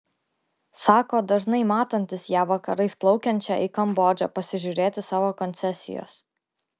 sako dažnai matantis ją vakarais plaukiančią į kambodžą pasižiūrėti savo koncesijos